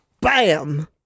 bam